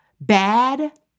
bad